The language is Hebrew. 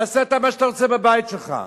תעשה אתה מה שאתה רוצה בבית שלך,